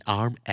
arm